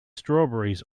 strawberries